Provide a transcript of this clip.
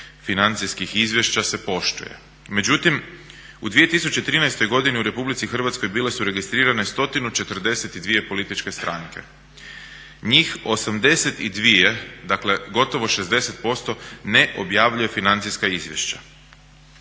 financijskih izvješća se poštuje. Međutim, u 2013. godini u Republici Hrvatskoj bile su registrirane 142 političke stranke. Njih 82, dakle gotovo 60% ne objavljuje financijska izvješća.